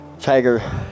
Tiger